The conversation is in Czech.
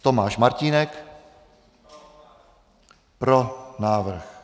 Tomáš Martínek: Pro návrh.